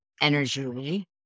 Energy